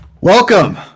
Welcome